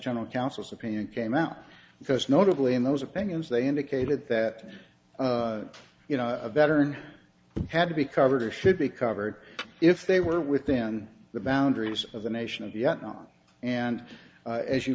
general counsel's opinion came out because notably in those opinions they indicated that you know a veteran had to be covered or should be covered if they were within the boundaries of the nation of vietnam and as you